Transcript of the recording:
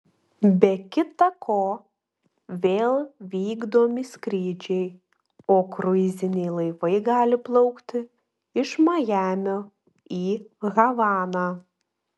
be kita ko vėl vykdomi skrydžiai o kruiziniai laivai gali plaukti iš majamio į havaną